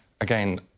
Again